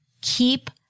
Keep